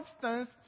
substance